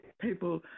people